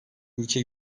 ülke